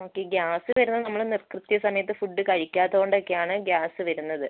okay ഈ gas വരുന്നത് നമ്മൾ കൃത്യ സമയത്ത് ഫുഡ്ഡ് കഴിക്കാത്ത കൊണ്ടൊക്കെയാണ് ഗ്യാസ് വരുന്നത്